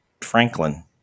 Franklin